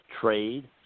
trade